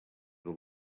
will